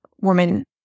woman